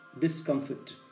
discomfort